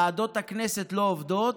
ועדות הכנסת לא עובדות,